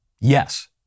Yes